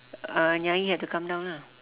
uh nyai had to come down lah